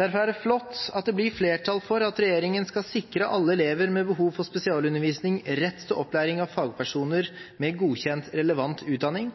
Derfor er det flott at det blir flertall for at regjeringen skal sikre alle elever med behov for spesialundervisning rett til opplæring av fagpersoner med godkjent relevant utdanning.